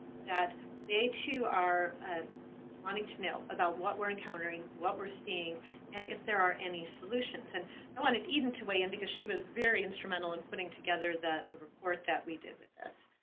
that they too are wanting to know about what we're encountering, what we're seeing and if there are any solutions. and i wanted eden to weigh in because she was very instrumental in putting together the the report that we did with this.